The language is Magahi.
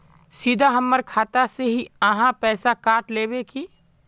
सीधा हमर खाता से ही आहाँ पैसा काट लेबे की?